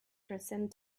transcend